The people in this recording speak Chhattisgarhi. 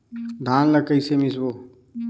धान ला कइसे मिसबो?